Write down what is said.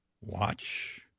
watch